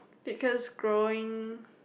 because growing